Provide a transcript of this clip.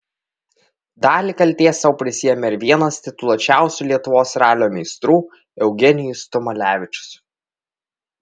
dalį kaltės sau prisiėmė ir vienas tituluočiausių lietuvos ralio meistrų eugenijus tumalevičius